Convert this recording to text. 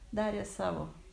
darė savo